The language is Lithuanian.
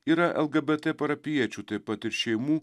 yra lgbt parapijiečių taip pat ir šeimų